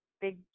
big